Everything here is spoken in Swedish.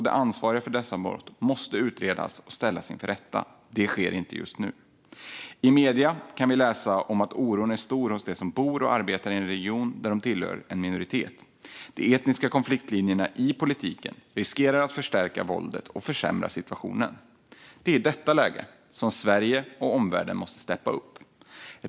De ansvariga för dessa brott måste utredas och ställas inför rätta. Det sker inte just nu. I medierna kan vi läsa att oron är stor hos dem som bor och arbetar i en region där de tillhör en minoritet. De etniska konfliktlinjerna i politiken riskerar att förstärka våldet och försämra situationen. Det är i detta läge som Sverige och omvärlden måste steppa upp.